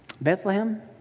Bethlehem